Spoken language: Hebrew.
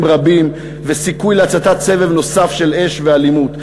רבים וסיכוי להצתת סבב נוסף של אש ואלימות,